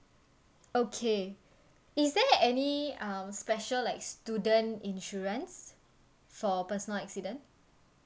okay is there any um special like student insurance for personal accident